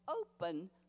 open